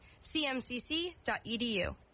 cmcc.edu